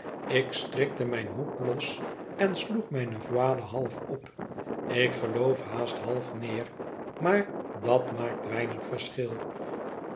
ik strikte mijn hoed los en sloeg mijne voile half op ik geloof haast half neer maar dat maakt weinig verschil